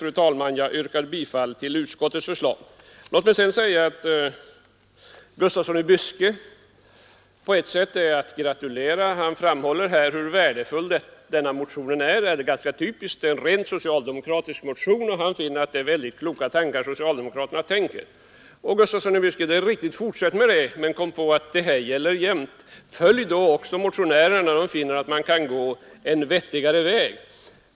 Fru talman! Jag yrkar bifall till utskottets förslag. Låt mig sedan säga att herr Gustafsson i Byske på ett sätt är att gratulera. Han fram håller hur värdefull denna motion är. Det är en ganska typisk socialdemokratisk motion. Han finner att det är väldigt kloka tankar socialdemokraterna tänker. Det är riktigt, herr Gustafsson i Byske, fortsätt med det! Men kom ihåg att det här gäller jämt. Följ då också motionärerna när de finner att man kan gå en vettigare väg.